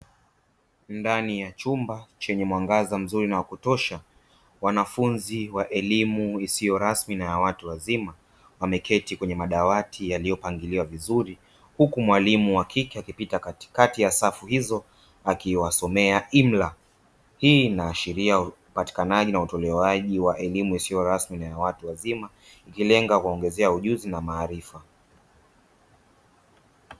Ndani ya chumba chenye mwangaza mzuri na wakutosha wanafunzi wa elimu isiyo rasmi na ya watu wazima wameketi kwenye madawati yaliyopangiliwa vizuri huku mwalimu wa kike akipita katikati ya safu hizo akiwasomea imla. Hii inaashiria upatikanaji na utolewaji wa elimu isiyo rasmi na ya watu wazima ikilenga kuwaongezea ujuzi na maarifa.